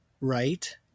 right